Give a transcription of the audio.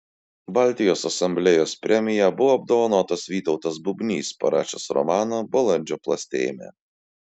baltijos asamblėjos premija buvo apdovanotas vytautas bubnys parašęs romaną balandžio plastėjime